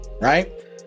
right